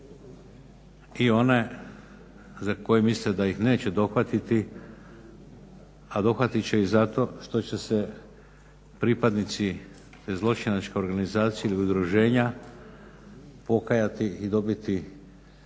i one za koje misle da ih neće dohvatiti, a dohvatit će ih zato što će se pripadnici te zločinačke organizacije ili udruženja pokajati i dobiti